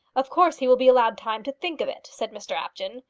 of course he will be allowed time to think of it, said mr apjohn.